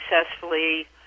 successfully